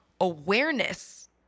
awareness